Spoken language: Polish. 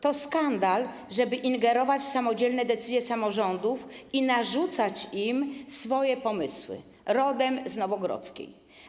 To skandal, żeby ingerować w samodzielne decyzje samorządów i narzucać im swoje pomysły rodem z Nowogrodzkiej.